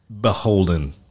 beholden